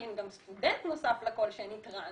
כי אני גם סטודנט נוסף לכל שאני טרנס,